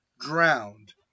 drowned